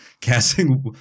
casting